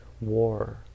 War